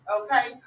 okay